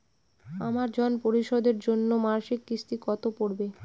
আমার ঋণ পরিশোধের জন্য মাসিক কিস্তি কত পড়বে?